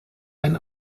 ein